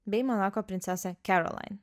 bei monako princesė caroline